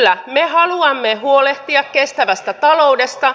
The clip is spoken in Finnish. kyllä me haluamme huolehtia kestävästä taloudesta